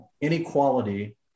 inequality